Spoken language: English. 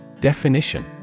Definition